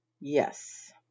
Yes